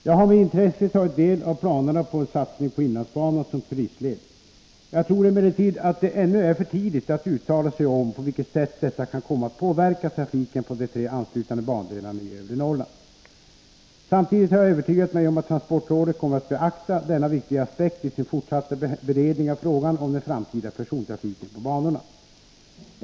Jag har med intresse tagit del av planerna på en satsning på inlandsbanan som turistled. Jag tror emellertid att det ännu är för tidigt att uttala sig om på vilket sätt detta kan komma att påverka trafiken på de tre anslutande bandelarna i övre Norrland. Samtidigt har jag övertygat mig om att transportrådet kommer att beakta denna viktiga aspekt i sin fortsatta beredning av frågan om den framtida persontrafiken på banorna.